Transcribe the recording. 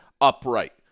upright